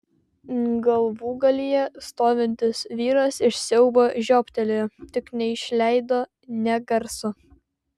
galvūgalyje stovintis vyras iš siaubo žiobtelėjo tik neišleido nė garso